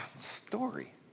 story